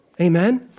Amen